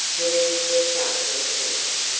her ears were sharper than his,